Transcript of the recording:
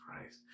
Christ